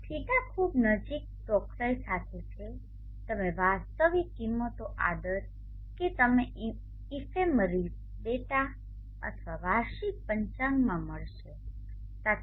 δ ખૂબ નજીક ચોકસાઈ સાથે છેતમે વાસ્તવિક કિંમતો આદર કે તમે ઇફેમરિસ ડેટા અથવા વાર્ષિક પંચાંગમાં મળશે સાથે 0